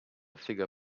figure